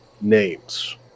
Names